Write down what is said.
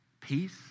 peace